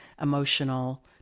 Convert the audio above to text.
emotional